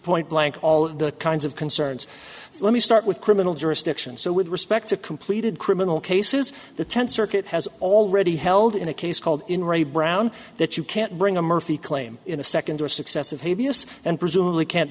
point blank all of the kinds of concerns let me start with criminal jurisdiction so with respect to completed criminal cases the tenth circuit has already held in a case called in re brown that you can't bring a murphy claim in a second or successive habeas and presumably can't